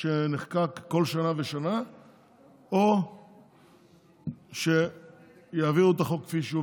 שנחקק כל שנה ושנה או שיעבירו את החוק כפי שהוא,